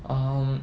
um